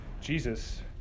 Jesus